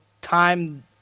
time